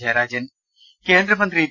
ജയരാജൻ കേന്ദ്രമന്ത്രി വി